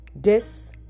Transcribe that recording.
Dis